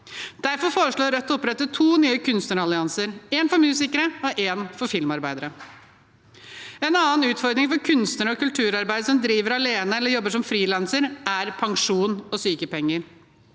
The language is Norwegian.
Derfor foreslår Rødt å opprette to nye kunstnerallianser, én for musikere og én for filmarbeidere. En annen utfordring for kunstnerne og kulturarbeiderne som driver alene eller jobber som frilansere, er pensjon og sykepenger.